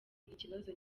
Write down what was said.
ikibazo